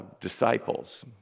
disciples